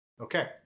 Okay